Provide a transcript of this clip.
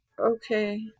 Okay